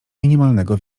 minimalnego